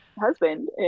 husband